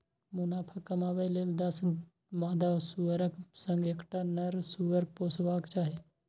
मुनाफा कमाबै लेल दस मादा सुअरक संग एकटा नर सुअर पोसबाक चाही